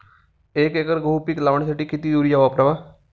एक एकर गहू पीक लावण्यासाठी किती युरिया वापरावा?